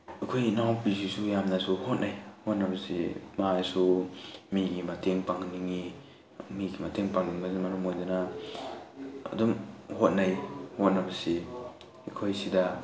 ꯑꯩꯈꯣꯏ ꯏꯅꯥꯎꯄꯤꯁꯤꯁꯨ ꯌꯥꯝꯅꯁꯨ ꯍꯣꯠꯅꯩ ꯍꯣꯠꯅꯕꯁꯤ ꯃꯥꯁꯨ ꯃꯤꯒꯤ ꯃꯇꯦꯡ ꯄꯥꯡꯅꯤꯡꯉꯤ ꯃꯤꯒꯤ ꯃꯇꯦꯡ ꯄꯥꯡꯅꯤꯡꯕꯅ ꯃꯔꯝ ꯑꯣꯏꯗꯨꯅ ꯑꯗꯨꯝ ꯍꯣꯠꯅꯩ ꯍꯣꯠꯅꯕꯁꯤ ꯑꯩꯈꯣꯏ ꯁꯤꯗ